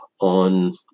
on